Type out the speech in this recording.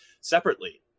separately